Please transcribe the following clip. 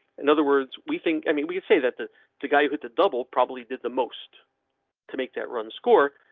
in other words, we think. i mean, we could say that the guy who hit the double probably did the most to make that run score,